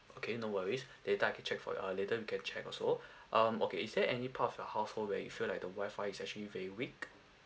okay no worries later I can check for your uh later we can check also um okay is there any part of your household where you feel like the WI-FI is actually very weak